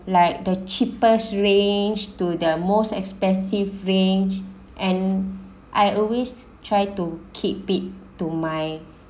like the cheapest range to the most expensive range and I always try to keep it to my